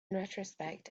retrospect